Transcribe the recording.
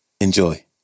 Enjoy